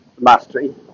mastery